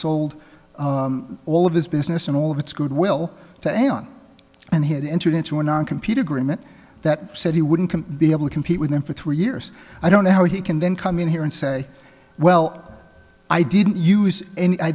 sold all of his business and all of its goodwill to an and he had entered into a non computer agreement that said he wouldn't be able to compete with them for three years i don't know how he can then come in here and say well i didn't use any i